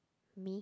me